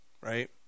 right